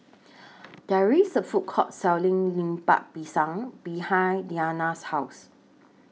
There IS A Food Court Selling Lemper Pisang behind Deana's House